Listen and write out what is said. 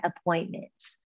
appointments